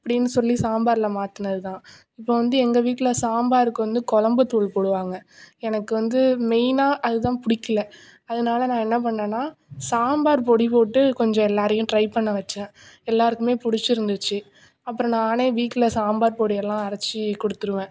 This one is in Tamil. அப்படின்னு சொல்லி சாம்பாரில் மாற்றுனதுதான் இப்போ வந்து எங்கள் வீட்டில் சாம்பாருக்கு வந்து குழம்பு தூள் போடுவாங்க எனக்கு வந்து மெயினாக அதுதான் பிடிக்கில அதனால நான் என்ன பண்ணேனால் சாம்பார் பொடி போட்டு கொஞ்சம் எல்லோரையும் ட்ரை பண்ண வச்சேன் எல்லோருக்குமே பிடிச்சிருந்துச்சி அப்றம் நானே வீட்டில் சாம்பார் பொடியெல்லாம் அரைச்சி கொடுத்துடுவேன்